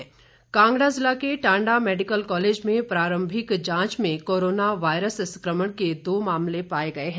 corona मामले कांगड़ा जिला के टांडा मैडिकल कॉलेज में प्रारंभिक जांच में कोरोना वायरस संकमण के दो मामले पाए गए हैं